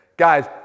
Guys